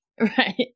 Right